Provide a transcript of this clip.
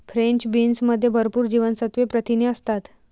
French बीन्समध्ये भरपूर जीवनसत्त्वे, प्रथिने असतात